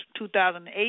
2008